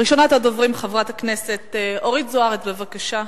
ראשונת הדוברים, חברת הכנסת אורית זוארץ, בבקשה.